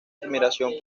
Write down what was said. admiración